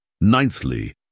Ninthly